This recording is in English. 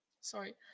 sorry